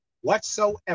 whatsoever